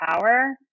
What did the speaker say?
power